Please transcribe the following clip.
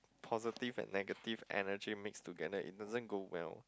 positive and negative energy mix together it doesn't go well